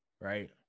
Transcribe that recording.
right